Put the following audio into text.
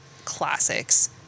classics